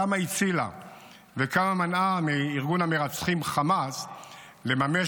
כמה הצילה וכמה מנעה מארגון המרצחים חמאס לממש